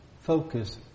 Focus